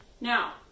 Now